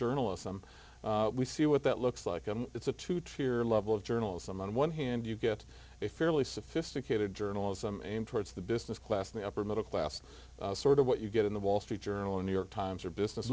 journalism we see what that looks like it's a two dollars tier level of journalism on one hand you get a fairly sophisticated journalism aimed towards the business class and the upper middle class sort of what you get in the wall street journal in new york times or business